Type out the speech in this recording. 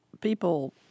people